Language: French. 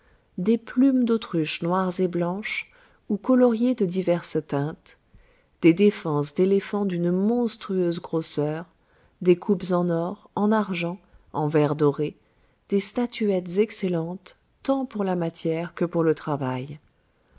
des plumes d'autruche noires et blanches ou coloriées de diverses teintes des défenses d'éléphant d'une monstrueuse grosseur des coupes en or en argent en verre doré des statuettes excellentes tant pour la manière que pour le travail